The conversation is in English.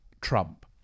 Trump